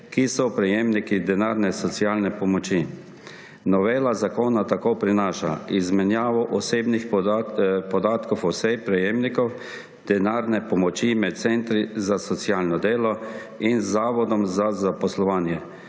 ki so prejemniki denarne socialne pomoči. Novela zakona tako prinaša izmenjavo osebnih podatkov oseb prejemnikov denarne pomoči med centri za socialno delo in Zavodom za zaposlovanje